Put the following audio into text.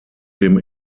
dem